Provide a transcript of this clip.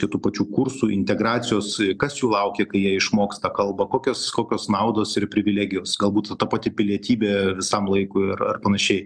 tai tų pačių kursų integracijos kas jų laukia kai jie išmoksta kalbą kokios kokios naudos ir privilegijos galbūt ta pati pilietybė visam laikui ir ar panašiai